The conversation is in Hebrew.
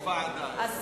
או הסרה או